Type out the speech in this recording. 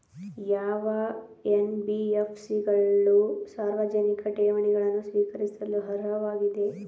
ಯಾವ ಎನ್.ಬಿ.ಎಫ್.ಸಿ ಗಳು ಸಾರ್ವಜನಿಕ ಠೇವಣಿಗಳನ್ನು ಸ್ವೀಕರಿಸಲು ಅರ್ಹವಾಗಿವೆ?